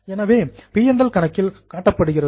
எனவே அதுவும் பி மற்றும் எல் கணக்கில் காட்டப்படுகிறது